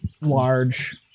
large